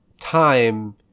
time